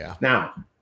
Now